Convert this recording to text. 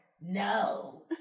No